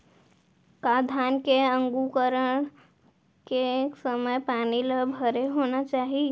का धान के अंकुरण के समय पानी ल भरे होना चाही?